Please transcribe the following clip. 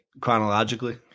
chronologically